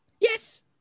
Yes